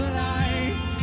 life